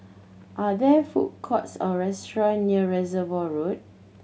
are there food courts or restaurant near Reservoir Road